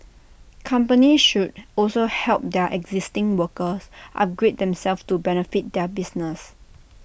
companies should also help their existing workers upgrade themselves to benefit their business